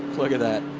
look at that.